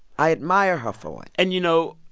i admire her for it and, you know,